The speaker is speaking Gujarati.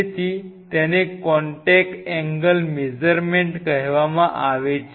તેથી તેને કોન્ટેક એંગલ મેઝરમેન્ટ કહેવામાં આવે છે